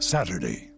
Saturday